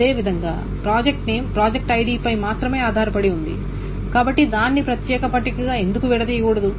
అదేవిధంగా project name project ఐడిపై మాత్రమే ఆధారపడి ఉంటుంది కాబట్టి దాన్ని ప్రత్యేక పట్టికగా ఎందుకు విడదీయకూడదు